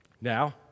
Now